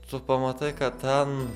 tu pamatai kad ten